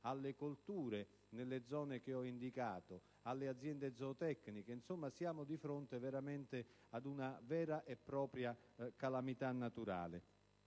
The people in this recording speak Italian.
alle colture nelle zone che ho indicato, alle aziende zootecniche. Insomma, siamo di fronte ad una vera e propria calamità naturale.